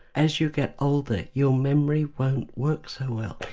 as you get older your memory won't work so well.